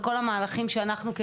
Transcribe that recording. וכל המהלכים שאנחנו עושות,